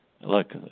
look